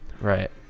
right